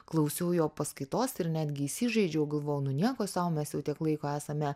klausiau jo paskaitos ir netgi įsižeidžiau galvojau nu nieko sau mes jau tiek laiko esame